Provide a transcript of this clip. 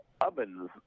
ovens